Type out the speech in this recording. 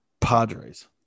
Padres